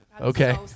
okay